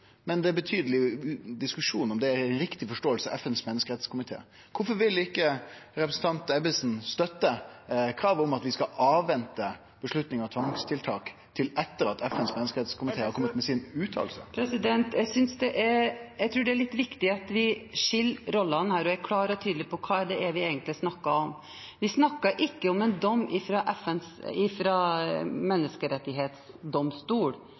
men det er betydeleg diskusjon om det er ei riktig forståing av FNs menneskerettskomité. Kvifor vil ikkje representanten Ebbesen støtte kravet om at vi skal vente med avgjerda om tvangstiltak til etter at FNs menneskerettskomité har kome med ei fråsegn? Jeg tror det er litt viktig at vi skiller rollene her og er klare og tydelige på hva vi egentlig snakker om. Vi snakker ikke om en dom